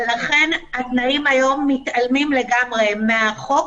התנאים היום מתעלמים לגמרי מהחוק,